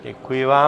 Děkuji vám.